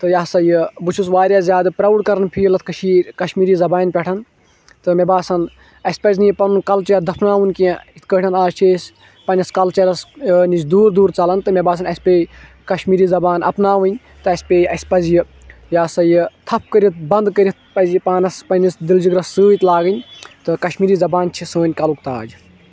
تہٕ یہِ ہسا یہِ بہٕ چھُس وارِیاہ زیادٕ پرٛاوُڈ کَران فیٖل اَتھ کٔشیٖر کَشمیٖری زَبانہِ پؠٹھ تہٕ مےٚ باسان اَسہِ پَزِ نہٕ یہِ پَنُن کَلچَر دَفناوُن کیٚنٛہہ یِتھٕ کٲٹھۍ اَز چھِ أسۍ پَنٕنِس کَلچَرَس نِش دوٗر دوٗر ژَلان مےٚ باسان اَسہِ پیٚیہِ کَشمیٖری زَبان اَپناوٕنۍ تہٕ اَسہِ پیٚیہِ اَسہِ پَزِ یہِ یا ہسا یہِ تَھپ کٔرِتھ بَنٛد کٔرِتھ پَزِ یہِ پانَس پَنٕنِس دِلہٕ جِگرَس سٍتۍ لاگٕنۍ تہٕ کَشمیٖری زَبان چھِ سٲنۍ کلُک تاج